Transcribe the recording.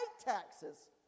taxes